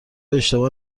اشتباه